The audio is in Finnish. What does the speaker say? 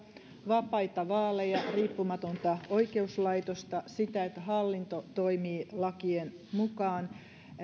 vapaita vaaleja riippumatonta oikeuslaitosta sitä että hallinto toimii lakien mukaan ja